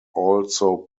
also